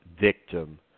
victim